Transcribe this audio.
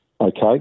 Okay